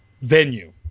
venue